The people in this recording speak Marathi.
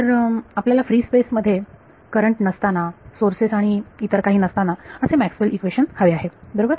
तर आपल्याला फ्री स्पेस मध्ये करंट नसताना सोर्सेस आणि इतर काहीही नसताना असे मॅक्सवेल इक्वेशनMaxwell's equation हवे आहेत बरोबर